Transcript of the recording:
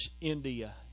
India